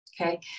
Okay